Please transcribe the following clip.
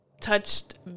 touched